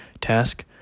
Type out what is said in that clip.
Task